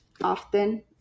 often